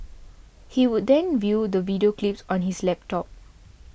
he would then view the video clips on his laptop